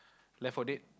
left for dead